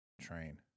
train